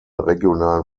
regionalen